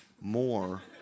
more